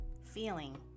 feeling